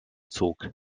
zog